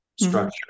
structure